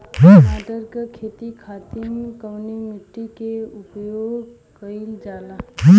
टमाटर क खेती खातिर कवने मिट्टी के उपयोग कइलजाला?